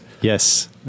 yes